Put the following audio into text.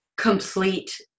complete